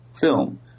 film